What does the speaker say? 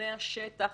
ארגוני השטח